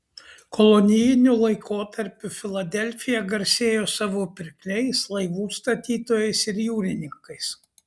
kolonijiniu laikotarpiu filadelfija garsėjo savo pirkliais laivų statytojais ir jūrininkais